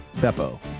Beppo